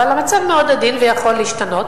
אבל המצב מאוד עדין ויכול להשתנות.